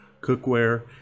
cookware